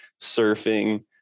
surfing